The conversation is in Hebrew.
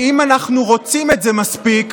שאם אנחנו רוצים את זה מספיק,